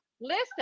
listen